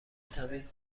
تمیز